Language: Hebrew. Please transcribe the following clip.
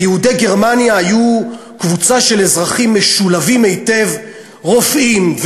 ויהודי גרמניה היו קבוצה של אזרחים משולבים היטב: רופאים,